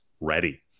ready